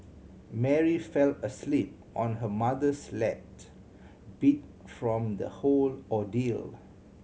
Mary fell asleep on her mother's beat from the whole ordeal